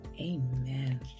Amen